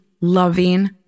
loving